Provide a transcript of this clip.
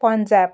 Punjab